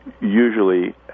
usually